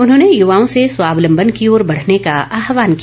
उन्होंने ्यवाओं से स्वावलंबन की ओर बढ़ने का आहवान किया